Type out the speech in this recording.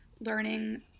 learning